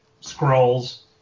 Scrolls